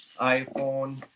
iPhone